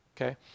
okay